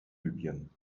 libyen